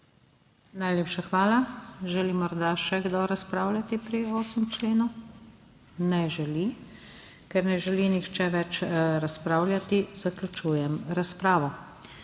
Najlepša hvala. Želi morda še kdo razpravljati pri 8. členu? Ne želi. Ker ne želi nihče več razpravljati, zaključujem razpravo.